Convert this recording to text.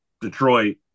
Detroit